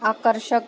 आकर्षक